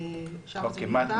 אז שם זה מוגדר.